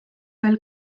veel